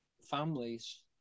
families